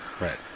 right